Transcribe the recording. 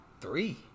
three